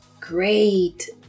great